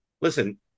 Listen